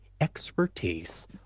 expertise